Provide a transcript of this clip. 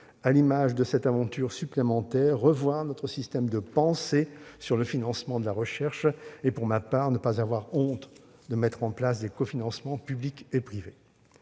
la lumière de cette aventure supplémentaire, revoir notre système de pensée sur le financement de la recherche. Pour ma part, je n'aurais pas honte de mettre en place des cofinancements public et privé.